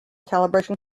calibration